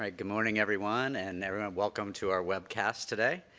ah good morning, everyone, and everyone welcome to our webcast today.